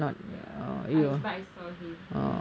ya I but I saw him ya